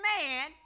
man